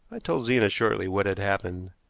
i told zena shortly what had happened,